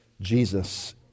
Jesus